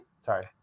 sorry